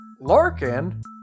Larkin